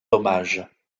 hommage